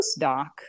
postdoc